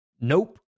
Nope